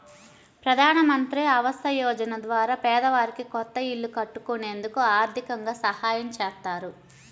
ప్రధానమంత్రి ఆవాస యోజన ద్వారా పేదవారికి కొత్త ఇల్లు కట్టుకునేందుకు ఆర్దికంగా సాయం చేత్తారు